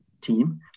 team